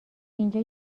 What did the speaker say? اینجا